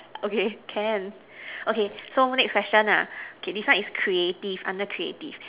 okay can okay so next question lah okay this one is creative under creative